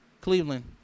Cleveland